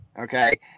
Okay